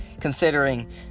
considering